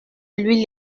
lui